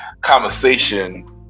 conversation